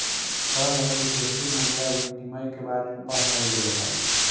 कल हमें विदेशी मुद्रा विनिमय के बारे में पढ़ावाल गेलई हल